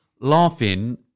laughing